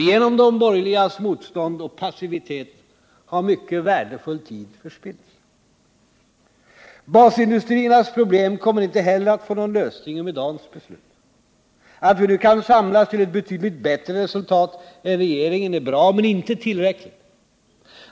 Genom de borgerligas motstånd och passivitet har mycken värdefull tid förspillts. Basindustriernas problem kommer inte heller att lösas med dagens beslut. Att vi nu kan samlas kring ett betydligt bättre förslag än regeringens är bra men inte tillräckligt.